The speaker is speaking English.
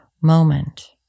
moment